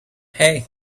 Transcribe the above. hey